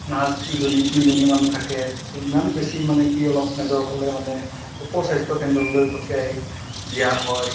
nurse দুজনী তিনিজনীমান থাকে তাৰপিছত ইমান বেছি মানে কি অলপ মেজৰ হ'লে মানে উপস্বাস্থ্যকেন্দ্ৰটোলৈ পঠিয়াই দিয়া হয়